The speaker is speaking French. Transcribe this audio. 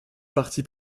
parti